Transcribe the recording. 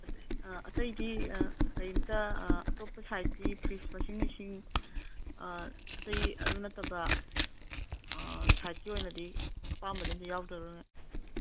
ꯑꯇꯩꯗꯤ ꯀꯩꯝꯇ ꯑꯇꯣꯞꯄ ꯁꯥꯏꯠꯇꯤ ꯐ꯭ꯔꯤꯖ ꯋꯥꯁꯤꯡ ꯃꯦꯆꯤꯟ ꯑꯇꯩ ꯑꯗꯨ ꯅꯠꯇꯕ ꯁꯥꯏꯠꯀꯤ ꯑꯣꯏꯅꯗꯤ ꯑꯄꯥꯝꯕꯗꯤ ꯑꯝꯇ ꯌꯥꯎꯗꯕ꯭ꯔꯥ ꯃꯦꯝ